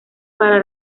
para